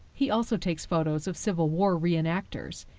he also takes photos of civil war re-enactors.